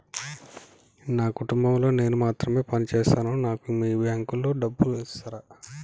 నా కుటుంబం లో నేను మాత్రమే పని చేస్తాను నాకు మీ బ్యాంకు లో డబ్బులు ఇస్తరా?